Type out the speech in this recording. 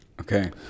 Okay